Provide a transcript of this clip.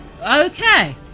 okay